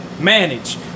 Manage